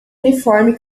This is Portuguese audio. uniforme